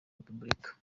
repubulika